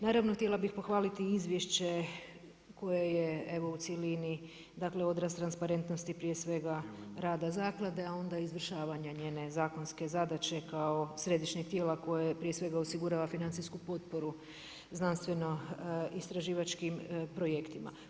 Naravno, htjela bih pohvaliti izvješće koje je evo u cjelini dakle, odraz transparentnosti prije svega rada Zaklade, a onda izvršavanja njene zakonske zadaće kao središnjeg tijela koje prije svega osigurava finacijsku potporu znanstveno istraživačkim projektima.